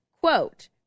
quote